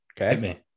Okay